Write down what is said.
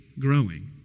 growing